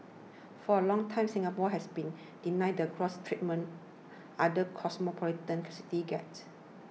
for a long time Singapore has been denied the gloss treatment other cosmopolitan cities get